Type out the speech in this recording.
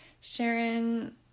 Sharon